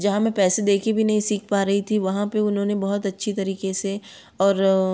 जहाँ मै पैसे दे कर भी नहीं सीख पा रही थी वहाँ पर उन्होंने बहुत अच्छे तरीक़े से और